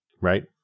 Right